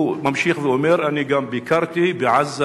הוא ממשיך ואומר: אני גם ביקרתי בעזה